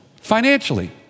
financially